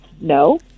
no